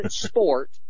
sport